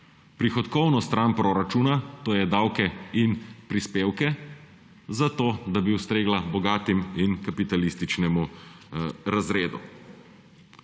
prihodkovno stran proračuna, to je davke in prispevke za to, da bi ustregla bogatim in kapitalističnemu razredu.